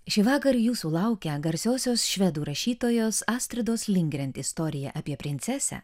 šįvakar jūsų laukia garsiosios švedų rašytojos astridos lindgren istorija apie princesę